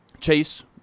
chase